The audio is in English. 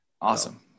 Awesome